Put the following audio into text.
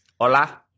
Hola